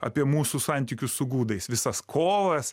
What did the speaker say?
apie mūsų santykius su gudais visas kovas